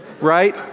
right